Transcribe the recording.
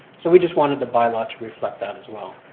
so we just wanted the by-law to reflect that as well.